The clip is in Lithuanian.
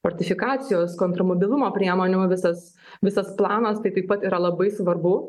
fortifikacijos kontrmobilumo priemonių visas visas planas tai taip pat yra labai svarbu